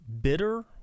Bitter